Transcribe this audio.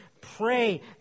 Pray